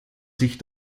sich